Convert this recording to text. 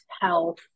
health